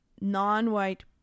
non-white